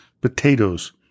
potatoes